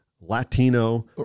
Latino